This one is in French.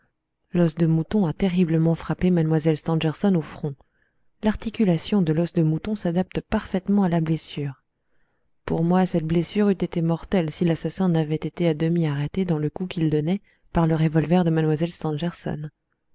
l'os de mouton a terriblement frappé mlle stangerson au front l'articulation de l'os de mouton s'adapte parfaitement à la blessure pour moi cette blessure eût été mortelle si l'assassin n'avait été à demi arrêté dans le coup qu'il donnait par le revolver de mlle